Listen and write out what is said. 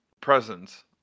presence